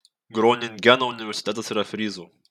groningeno universitetas yra fryzų